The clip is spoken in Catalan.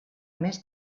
més